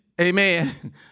Amen